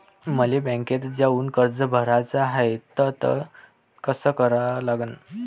मले बँकेत जाऊन कर्ज भराच हाय त ते कस करा लागन?